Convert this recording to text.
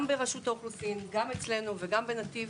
גם ברשות האוכלוסין, גם אצלנו וגם בנתיב